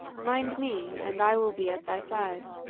mind me, and i will be at thy side.